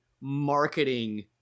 marketing